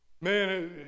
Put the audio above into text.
Man